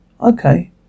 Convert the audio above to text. Okay